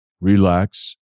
Relax